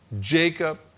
Jacob